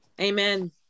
Amen